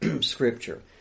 scripture